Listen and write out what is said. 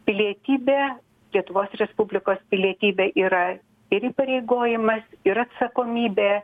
pilietybė lietuvos respublikos pilietybė yra ir įpareigojimas ir atsakomybė